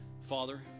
father